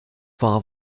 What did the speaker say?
war